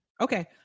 Okay